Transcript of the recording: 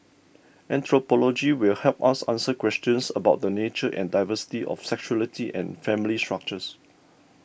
anthropology will help us answer questions about the nature and diversity of sexuality and family structures